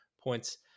points